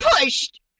pushed